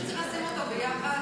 אני חושבת שצריך לשים אותו ביחד,